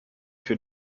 für